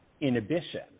inhibition